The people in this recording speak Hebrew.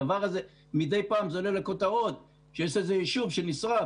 הדבר הזה מדי פעם עולה לכותרות כשיש איזה יישוב שנשרף.